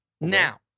Now